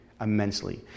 immensely